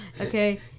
Okay